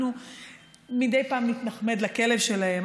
אנחנו מדי פעם נתנחמד לכלב שלהם,